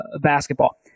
basketball